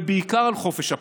ובעיקר על חופש הפרט.